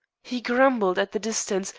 he grumbled at the distance,